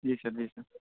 جی sir جی سر